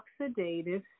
oxidative